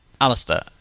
Alistair